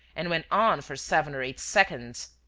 and went on for seven or eight seconds.